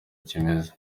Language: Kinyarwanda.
kimeze